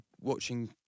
watching